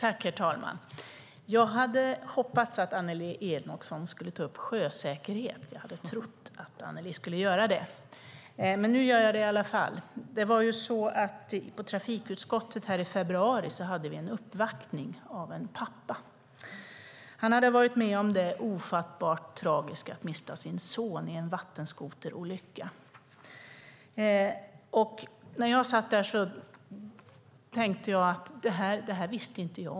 Herr talman! Jag hade hoppats och trott att Annelie Enochson skulle ta upp sjösäkerhet, men nu gör i alla fall jag det. I trafikutskottet hade vi i februari en uppvaktning av en pappa. Han hade varit med om det ofattbart tragiska att mista sin son i en vattenskoterolycka. När jag satt där tänkte jag att jag inte visste om detta.